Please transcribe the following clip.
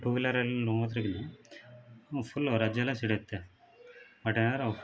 two ವೀಲರಲ್ಲಿ ನೋಡ್ದ್ರೆಗಿನ ಹ್ಞೂ ಫು ಲ್ ರಜ್ಜೆಯೆಲ್ಲ ಸಿಡಿತ್ತೇ ಆ ಟೆಯರ್ ರಫ್